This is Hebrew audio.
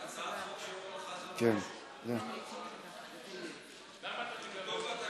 הצעת חוק שאורן חזן לא רשום,